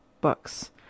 books